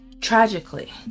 tragically